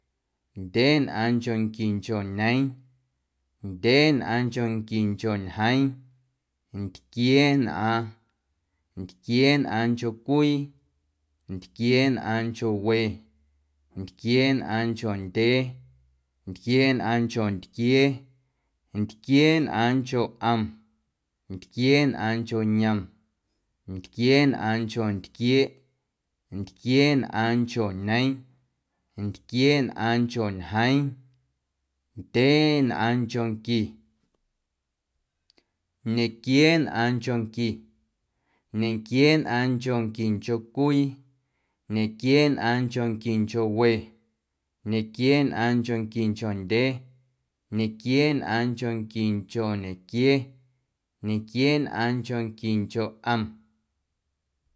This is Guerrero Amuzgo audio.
Ndyeenꞌaaⁿnchonquincho ñeeⁿ, ndyeenꞌaaⁿnchonquincho ñjeeⁿ, ntquieenꞌaaⁿ, ntquieenꞌaaⁿncho cwii, ntquieenꞌaaⁿncho we, ntquieenꞌaaⁿncho ndyee, ntquieenꞌaaⁿncho ntquiee, ntquieenꞌaaⁿncho ꞌom, ntquieenꞌaaⁿncho yom, ntquieenꞌaaⁿncho ntquieeꞌ, ntquieenꞌaaⁿncho ñeeⁿ, ntquieenꞌaaⁿncho ñjeeⁿ, ndyeenꞌaaⁿnchonqui, ñequieenꞌaaⁿnchonqui, ñequieenꞌaaⁿnchonquincho cwii, ñequieenꞌaaⁿnchonquincho we, ñequieenꞌaaⁿnchonquincho ndyee, ñequieenꞌaaⁿnchonquincho ñequiee, ñequieenꞌaaⁿnchonquincho ꞌom.